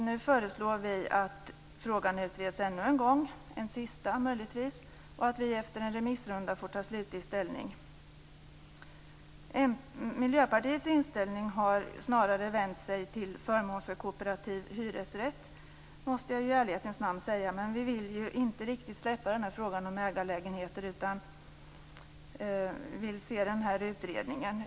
Nu föreslår vi att frågan utreds ännu en gång - en sista gång, möjligtvis - så att man efter en remissrunda får ta slutlig ställning. Miljöpartiets inställning har snarare vänt sig till förmån för kooperativ hyresrätt, måste jag i ärlighetens namn säga, men vi vill ju inte riktigt släppa frågan om ägarlägenheter. Vi vill i stället se resultatet av denna utredning.